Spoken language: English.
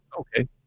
okay